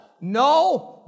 no